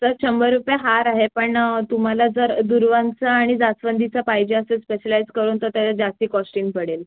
sir शंभर रुपये हार आहे पण तुम्हाला जर दुर्वांचा आणि जास्वंदीचा पाहिजे असेल स्पेशलाईज करून तर त्याला जास्ती कॉस्टिंग पडेल